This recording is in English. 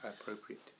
appropriate